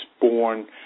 born